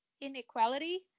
inequality